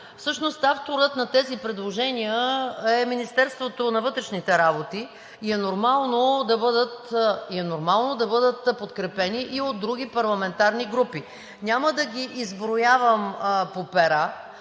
Всъщност авторът на тези предложения е Министерството на вътрешните работи и е нормално да бъдат подкрепени и от други парламентарни групи. Няма да ги изброявам по пера,